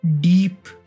Deep